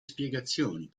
spiegazioni